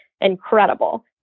incredible